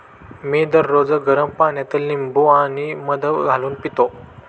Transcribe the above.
मी दररोज गरम पाण्यात लिंबू आणि मध घालून पितो